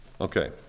Okay